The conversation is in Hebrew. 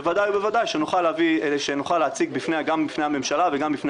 בוודאי ובוודאי שנוכל להציג בפניה גם בפני הממשלה וגם בפני